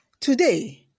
today